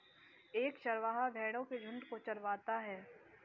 एक चरवाहा भेड़ो के झुंड को चरवाता है